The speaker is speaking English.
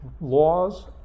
laws